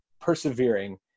persevering